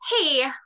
Hey